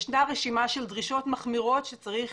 ישנה רשימה של דרישות מחמירות שצריך